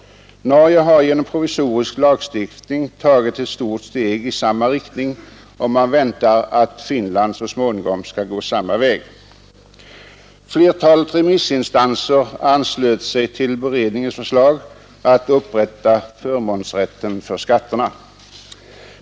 Norge har genom provisorisk lagstiftning tagit ett stort steg i samma riktning, och man väntar att Finland så småningom skall gå samma väg. Flertalet remissinstanser anslöt sig till beredningens förslag att upphäva förmånsrätten för skatter.